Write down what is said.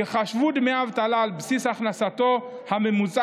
יחושבו דמי האבטלה על בסיס הכנסתו הממוצעת